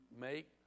make